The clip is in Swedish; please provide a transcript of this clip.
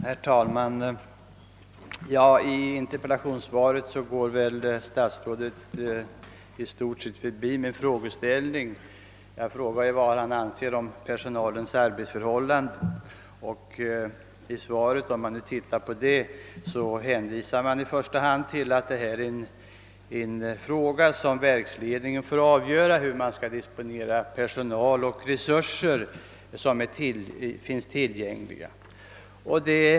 Herr talman! Statsrådet går i sitt interpellationssvar i stort sett förbi min frågeställning; jag frågade vad han anser om personalens arbetsförhållanden. I svaret hänvisas i första hand till att övriga resurser skall disponeras är en sak som verksledningen får avgöra.